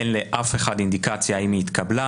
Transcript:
אין לאף אחד אינדיקציה האם היא התקבלה,